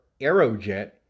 Aerojet